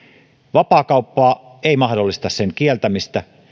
vapaakauppa ei mahdollista sen kieltämistä